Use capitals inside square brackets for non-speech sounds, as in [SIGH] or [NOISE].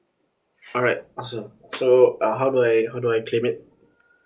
alright awesome so uh how do I how do I claim it [BREATH]